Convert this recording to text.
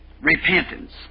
repentance